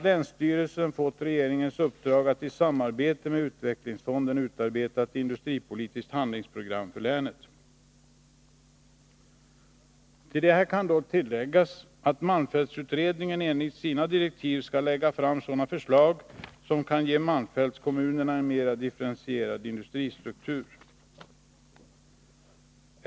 Länsstyrelsen har fått regeringens uppdrag att i samarbete med utvecklingsfonden utarbeta ett industripolitiskt handlingsprogram för länet. Till detta kan läggas att malmfältsutredningen enligt sina direktiv skall lägga fram sådana förslag som kan ge malmfältskommunerna en mera differentierad industristruktur.